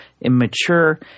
immature